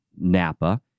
NAPA